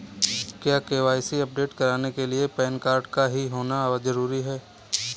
क्या KYC update कराने के लिए पैन कार्ड का ही होना जरूरी है?